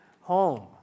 home